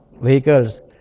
vehicles